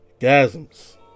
gasms